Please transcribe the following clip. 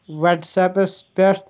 واٹس apps پٮ۪ٹھ